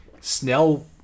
Snell